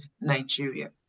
Nigeria